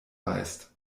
weißt